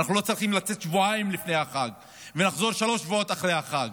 ואנחנו לא צריכים לצאת שבועיים לפני החג ולחזור שלושה שבועות אחרי החג,